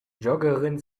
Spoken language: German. joggerin